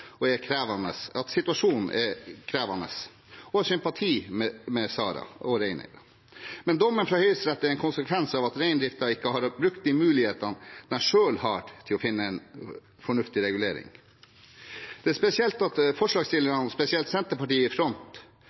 og er, krevende, at situasjonen er krevende, og jeg har sympati med Sara og reineierne. Men dommen fra Høyesterett er en konsekvens av at reindriften ikke har brukt de mulighetene de selv har til å finne en fornuftig regulering. Det er spesielt at forslagstillerne, og spesielt Senterpartiet, er i front